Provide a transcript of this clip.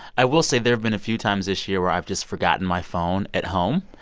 i will say there have been a few times this year where i've just forgotten my phone at home.